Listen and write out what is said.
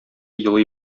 елый